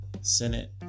Senate